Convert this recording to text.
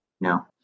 No